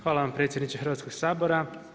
Hvala vam predsjedniče Hrvatskog sabora.